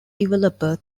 developer